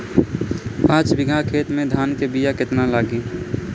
पाँच बिगहा खेत में धान के बिया केतना लागी?